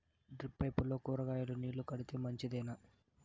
Drip పైపుల్లో కూరగాయలు నీళ్లు కడితే మంచిదేనా?